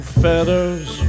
feathers